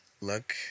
look